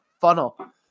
funnel